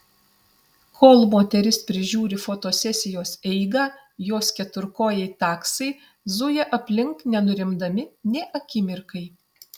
kol moteris prižiūri fotosesijos eigą jos keturkojai taksai zuja aplink nenurimdami nė akimirkai